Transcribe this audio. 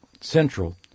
central